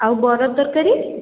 ଆଉ ବରା ତରକାରୀ